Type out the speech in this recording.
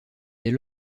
dès